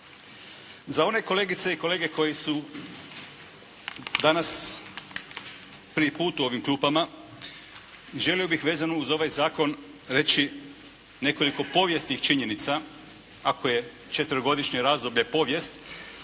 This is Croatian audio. Za one kolegice i kolege koji su danas prvi put u ovim klupama želio bih vezano uz ovaj zakon reći nekoliko povijesnih činjenica. Ako je četverogodišnje razdoblje povijest